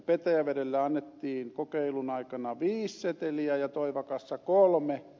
petäjävedelle annettiin kokeilun aikana viisi seteliä ja toivakassa kolme